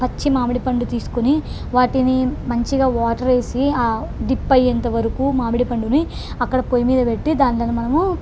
పచ్చి మామిడిపండు తీసుకుని వాటిని మంచిగా వాటర్ వేసి డిప్ అయ్యేంతవరకు మామిడిపండుని అక్కడ పోయి మీద పెట్టి దానిని మనము